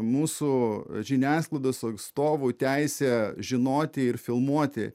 mūsų žiniasklaidos atstovų teisę žinoti ir filmuoti